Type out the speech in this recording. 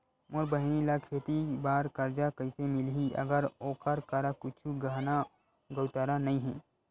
मोर बहिनी ला खेती बार कर्जा कइसे मिलहि, अगर ओकर करा कुछु गहना गउतरा नइ हे?